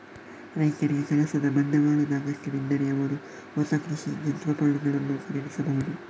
ರೈತರಿಗೆ ಕೆಲಸದ ಬಂಡವಾಳದ ಅಗತ್ಯವಿದ್ದರೆ ಅವರು ಹೊಸ ಕೃಷಿ ಯಂತ್ರೋಪಕರಣಗಳನ್ನು ಖರೀದಿಸಬಹುದು